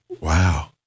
wow